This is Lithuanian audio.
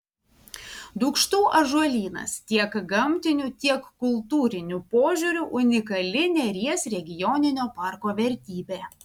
dūkštų ąžuolynas tiek gamtiniu tiek kultūriniu požiūriu unikali neries regioninio parko vertybė